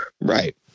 Right